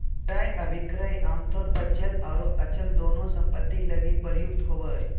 क्रय अभिक्रय आमतौर पर चल आर अचल दोनों सम्पत्ति लगी प्रयुक्त होबो हय